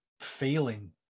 feeling